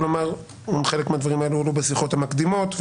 חלק מהדברים האלו הועלו בשיחות המקדימות,